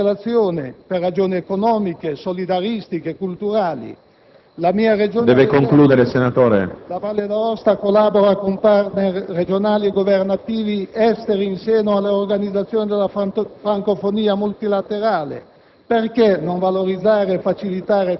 la cooperazione allo sviluppo, gli interventi di pace, la politica culturale. Mi permetta, signor Ministro, in conclusione, di scendere ora di livello istituzionale. Penso al concorso in termini di conoscenza, di penetrazione e di cooperazione che possono fornire le Regioni italiane,